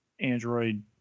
android